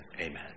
Amen